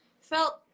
felt